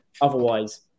Otherwise